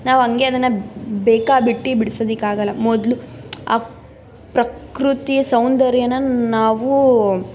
ನಾವು ಹಂಗೆ ಅದನ್ನು ಬೇಕಾಬಿಟ್ಟಿ ಬಿಡ್ಸೋದಕ್ಕಾಗಲ್ಲ ಮೊದಲು ಆ ಪ್ರಕೃತಿಯ ಸೌಂದರ್ಯನ ನಾವು